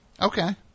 Okay